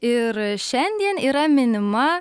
ir šiandien yra minima